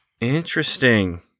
interesting